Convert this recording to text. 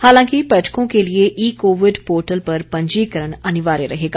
हालांकि पर्यटकों के लिए ई कोविड पोर्टल पर पंजीकरण अनिवार्य रहेगा